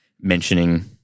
mentioning –